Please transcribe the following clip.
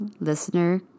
listener